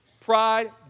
Pride